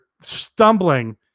stumbling